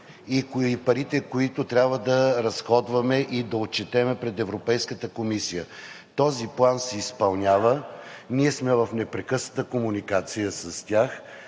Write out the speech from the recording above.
и парите, които трябва да разходваме и отчетем пред Европейската комисия. Този план се изпълнява. Ние сме в непрекъсната комуникация с тях,